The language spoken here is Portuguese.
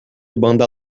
banda